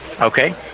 Okay